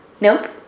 Nope